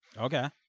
Okay